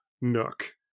Nook